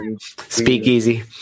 Speakeasy